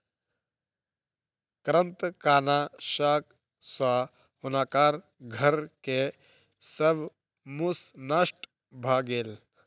कृंतकनाशक सॅ हुनकर घर के सब मूस नष्ट भ गेल